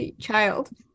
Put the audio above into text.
child